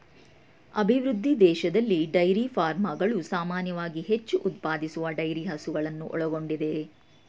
ಅಭಿವೃದ್ಧಿ ದೇಶದಲ್ಲಿ ಡೈರಿ ಫಾರ್ಮ್ಗಳು ಸಾಮಾನ್ಯವಾಗಿ ಹೆಚ್ಚು ಉತ್ಪಾದಿಸುವ ಡೈರಿ ಹಸುಗಳನ್ನು ಒಳಗೊಂಡಿದೆ